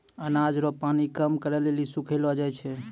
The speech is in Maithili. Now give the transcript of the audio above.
अनाज रो पानी कम करै लेली सुखैलो जाय छै